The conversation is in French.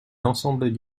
l’ensemble